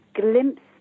glimpse